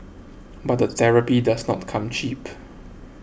but the therapy does not come cheap